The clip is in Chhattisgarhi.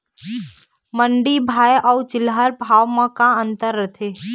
मंडी भाव अउ चिल्हर भाव म का अंतर रथे?